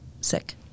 sick